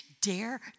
Dare